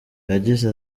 yagize